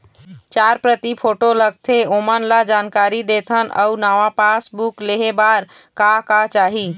चार प्रति फोटो लगथे ओमन ला जानकारी देथन अऊ नावा पासबुक लेहे बार का का चाही?